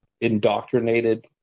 indoctrinated